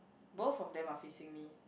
both of them are facing me